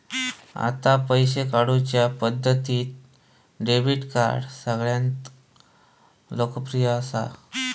आता पैशे काढुच्या पद्धतींत डेबीट कार्ड सगळ्यांत लोकप्रिय असा